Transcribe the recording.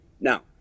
Now